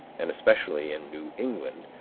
and especially in new england,